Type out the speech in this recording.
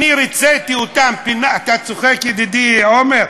אני ריציתי אותם, אתה צוחק, ידידי עמר?